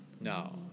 No